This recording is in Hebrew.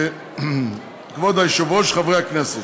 כבוד היושב-ראש, חברי הכנסת,